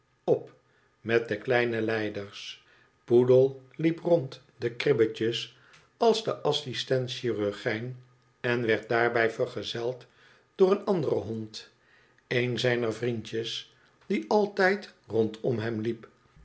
op met de kleine lijders poedel liep rond de kribjes als de assistent chirurgijn en werd daarbij vergezeld door een anderen hond een zijner vriendjes die altijd rondom hem liep